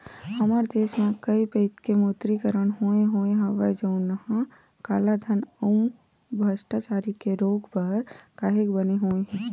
हमर देस म कइ पइत के विमुद्रीकरन होय होय हवय जउनहा कालाधन अउ भस्टाचारी के रोक बर काहेक बने होय हे